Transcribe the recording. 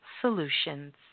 solutions